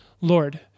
Lord